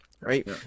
right